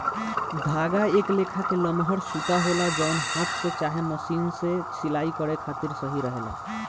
धागा एक लेखा के लमहर सूता होला जवन हाथ से चाहे मशीन से सिलाई करे खातिर सही रहेला